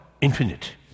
infinite